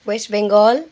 West Bengal